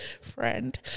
friend